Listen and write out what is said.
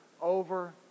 over